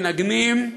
מנגנים,